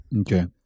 Okay